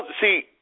see